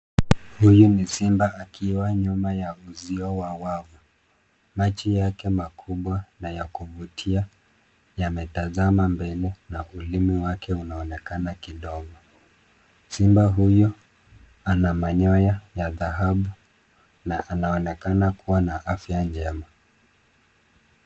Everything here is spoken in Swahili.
Huyu ni simba akiwa nyuma ya uzio wa wavu macho yake makubwa na ya kuvutia yametazama mbele na ulimi wake unaonekana kidogo. Simba huyu ana manyoya ya dhahabu na anaonekana kuwa na afya njema.